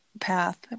path